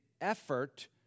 effort